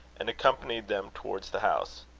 and accompanied them towards the house.